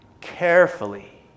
carefully